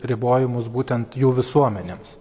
ribojimus būtent jų visuomenėms